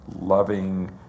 loving